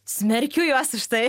smerkiu juos už tai